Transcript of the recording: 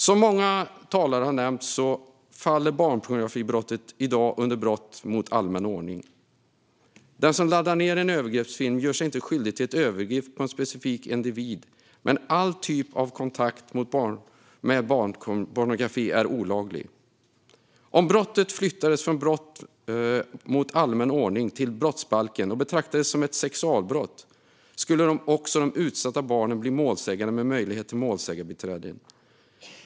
Som många talare har nämnt faller barnpornografibrottet i dag under brott mot allmän ordning. Den som laddar ned en övergreppsfilm gör sig inte skyldig till ett övergrepp på en specifik individ, men all typ av kontakt med barnpornografi är olaglig. Om brottet flyttades från brott mot allmän ordning till brottsbalken och betraktades som ett sexualbrott skulle också de utsatta barnen bli målsägare med möjlighet till målsägarbiträden.